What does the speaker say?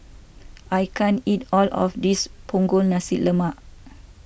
I can't eat all of this Punggol Nasi Lemak